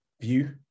view